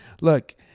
look